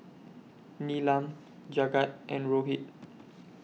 Neelam Jagat and Rohit